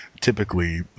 typically